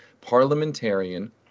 parliamentarian